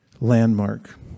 landmark